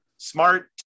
Smart